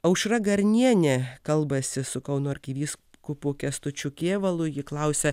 aušra garnienė kalbasi su kauno arkivyskupu kęstučiu kėvalu ji klausia